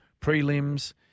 prelims